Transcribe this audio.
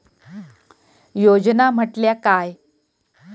योजना म्हटल्या काय?